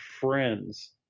friends